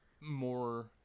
more